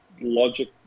logic